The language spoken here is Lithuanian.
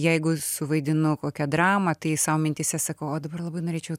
jeigu suvaidinu kokią dramą tai sau mintyse sakau o dabar labai norėčiau